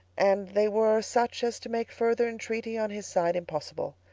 and they were such as to make further entreaty on his side impossible.